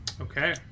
okay